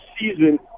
season